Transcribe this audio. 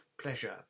pleasure